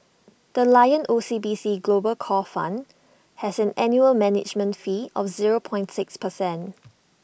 the lion O C B C global core fund has an annual management fee of zero point six percent